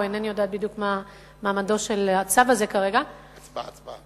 או אינני יודעת בדיוק מה מעמדו של הצו הזה כרגע הצבעה.